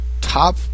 Top